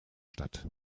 statt